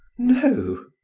no!